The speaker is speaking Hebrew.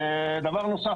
דבר רביעי,